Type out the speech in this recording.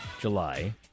July